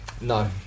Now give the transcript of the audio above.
no